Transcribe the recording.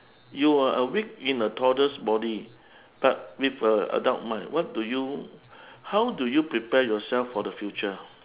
you are awake in a toddler's body but with a adult mind what do you how do you prepare yourself for the future